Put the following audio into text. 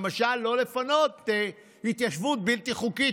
למשל לא לפנות התיישבות בלתי חוקית,